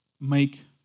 make